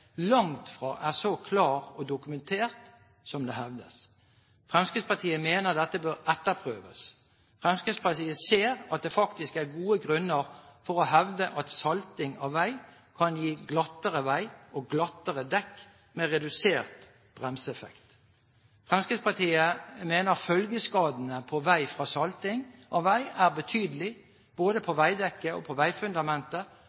langt fra er så klar og dokumentert som det hevdes. Fremskrittspartiet mener dette bør etterprøves. Fremskrittspartiet ser at det faktiske er gode grunner for å hevde at salting av vei kan gi glattere vei og glattere dekk med redusert bremseeffekt. Fremskrittspartiet mener følgeskadene på veien etter salting av vei er betydelige, både på